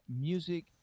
music